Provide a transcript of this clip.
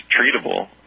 treatable